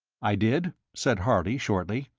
i did, said harley, shortly.